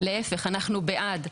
להיפך אנחנו בעד.